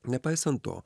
nepaisant to